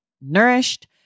nourished